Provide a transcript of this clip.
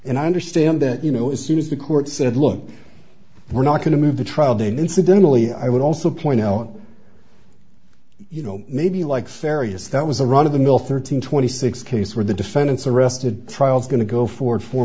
and i understand that you know as soon as the court said look we're not going to move the trial date incidentally i would also point out you know maybe like fair use that was a run of the mill thirteen twenty six case where the defendants arrested trials going to go for four